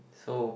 so